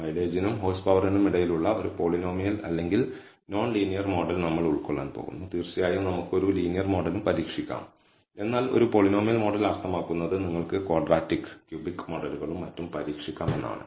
മൈലേജിനും horse പവറിനും ഇടയിലുള്ള ഒരു പോളിനോമിയൽ അല്ലെങ്കിൽ നോൺ ലീനിയർ മോഡൽ നമ്മൾ ഉൾക്കൊള്ളാൻ പോകുന്നു തീർച്ചയായും നമുക്ക് ഒരു ലീനിയർ മോഡലും പരീക്ഷിക്കാം എന്നാൽ ഒരു പോളിനോമിയൽ മോഡൽ അർത്ഥമാക്കുന്നത് നിങ്ങൾക്ക് ക്വാഡ്രാറ്റിക് ക്യൂബിക് മോഡലുകളും മറ്റും പരീക്ഷിക്കാമെന്നാണ്